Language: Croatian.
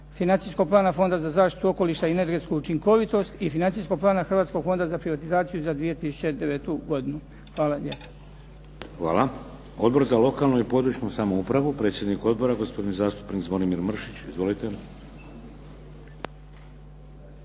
Financijskog plana Fonda za zaštitu okoliša i energetsku učinkovitost i Financijskog plana Hrvatskog fonda za privatizaciju za 2009. godinu. Hvala lijepo. **Šeks, Vladimir (HDZ)** Hvala. Odbor za lokalnu i područnu samoupravu, predsjednik Odbora gospodin zastupnik Zvonimir Mršić. Izvolite.